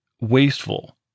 wasteful